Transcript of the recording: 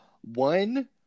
One